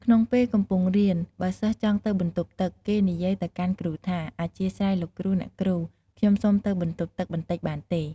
ក្នុងពេលកំពុងរៀន បើសិស្សចង់ទៅបន្ទប់ទឹក គេនិយាយទៅកាន់គ្រូថា អធ្យាស្រ័យ លោកគ្រូ អ្នកគ្រូ ខ្ញុំសុំទៅបន្ទប់ទឹកបន្តិចបានទេ។